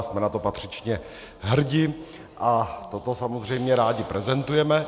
Jsme na to patřičně hrdi a toto samozřejmě rádi prezentujeme.